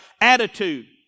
attitude